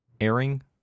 airing